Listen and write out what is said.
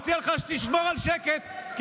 חתיכת צבוע, שב בשקט.